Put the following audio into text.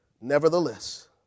Nevertheless